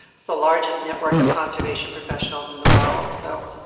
the largest network of conservation professionals in the world. so,